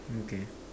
okay